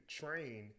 train